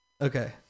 Okay